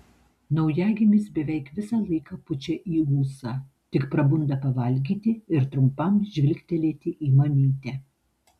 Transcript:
naujagimis beveik visą laiką pučia į ūsą tik prabunda pavalgyti ir trumpam žvilgtelėti į mamytę